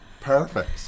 perfect